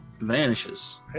vanishes